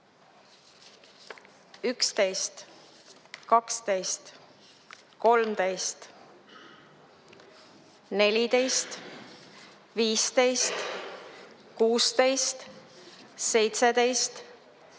11, 12, 13, 14, 15, 16, 17, 18,